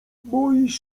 boisz